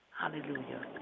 hallelujah